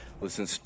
listen